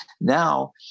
Now